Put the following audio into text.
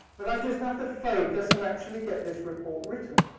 but i just have to focus and actually get this report written.